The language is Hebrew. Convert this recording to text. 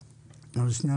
השנה,